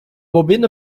bobina